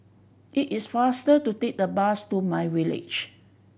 it is faster to take the bus to myVillage